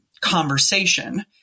conversation